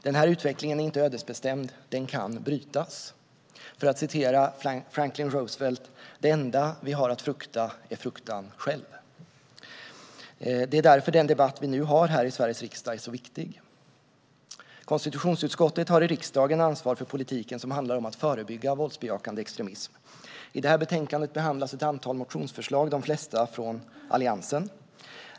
Den här utvecklingen är inte ödesbestämd; den kan brytas. För att citera Franklin Roosevelt: "Det enda vi har att frukta är fruktan själv." Det är därför den debatt vi nu har här i Sveriges riksdag är så viktig. Konstitutionsutskottet har i riksdagen ansvar för politiken som handlar om att förebygga våldsbejakande extremism. I detta betänkande behandlas ett antal motionsförslag, de flesta från Alliansen.